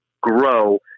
grow